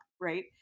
right